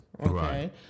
Okay